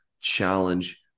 challenge